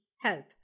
help